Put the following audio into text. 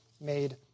made